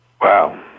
Wow